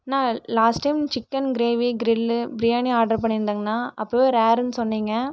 அண்ணா last time chicken gravy grill biryani order பண்ணிருந்தேங்கண்ணா அப்போவே ரேருன்னு சொன்னிங்கள்